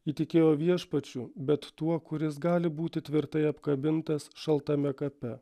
ji tikėjo viešpačiu bet tuo kuris gali būti tvirtai apkabintas šaltame kape